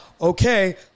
okay